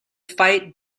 fight